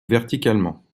verticalement